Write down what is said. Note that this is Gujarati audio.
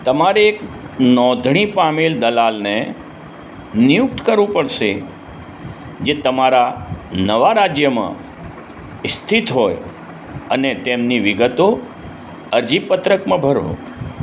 તમારે એક નોંધણી પામેલ દલાલને નિયુક્ત કરવો પડશે જે તમારા નવા રાજ્યમાં સ્થિત હોય અને તેમની વિગતો અરજી પત્રકમાં ભરો